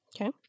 Okay